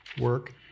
work